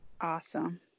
Awesome